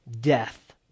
death